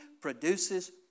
produces